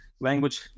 language